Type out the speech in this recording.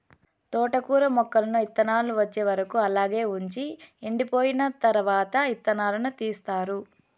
తోటకూర మొక్కలను ఇత్తానాలు వచ్చే వరకు అలాగే వుంచి ఎండిపోయిన తరవాత ఇత్తనాలను తీస్తారు